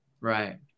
right